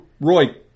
Roy